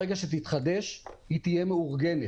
ברגע שתתחדש, היא תהיה מאורגנת.